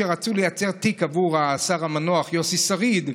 כשרצו לייצר תיק עבור השר המנוח יוסי שריד,